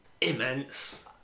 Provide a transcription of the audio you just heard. Immense